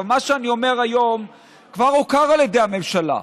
מה שאני אומר היום כבר הוכר על ידי הממשלה.